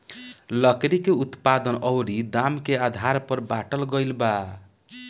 लकड़ी के उत्पादन अउरी दाम के आधार पर बाटल गईल बा